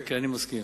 אוקיי, אני מסכים.